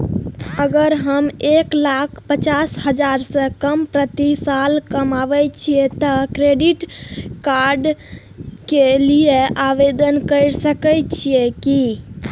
अगर हम एक लाख पचास हजार से कम प्रति साल कमाय छियै त क्रेडिट कार्ड के लिये आवेदन कर सकलियै की?